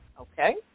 Okay